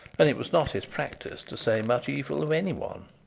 and it was not his practice to say much evil of any one.